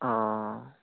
অঁ